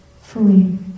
fully